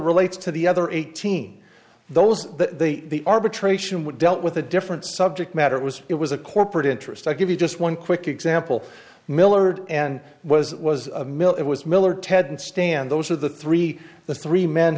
relates to the other eighteen those that the arbitration would dealt with a different subject matter was it was a corporate interest i'll give you just one quick example millard and was it was a mill it was miller ted and stan those are the three the three men